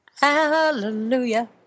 Hallelujah